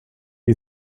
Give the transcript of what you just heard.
you